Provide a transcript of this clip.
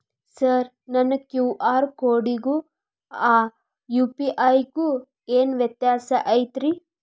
Sir ನನ್ನ QR ಕೊಡಿಗೂ ಆ ಯು.ಪಿ.ಐ ಗೂ ಏನ್ ವ್ಯತ್ಯಾಸ ಐತ್ರಿ?